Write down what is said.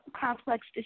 complex